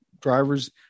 drivers